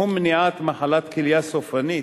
בתחום מניעת מחלת כליה סופנית,